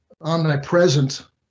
omnipresent